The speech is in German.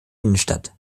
innenstadt